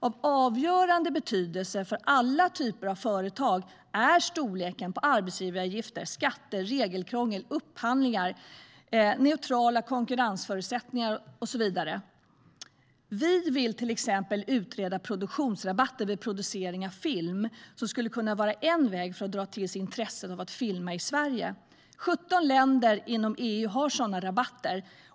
Av avgörande betydelse för alla typer av företag är storleken på arbetsgivaravgifter, skatter, regelkrångel, upphandlingar, neutrala konkurrensförutsättningar, och så vidare. Vi vill till exempel utreda produktionsrabatter vid producering av film. Det skulle kunna vara en väg att dra till sig intresset för att filma i Sverige. Det är 17 länder inom EU som har sådana rabatter.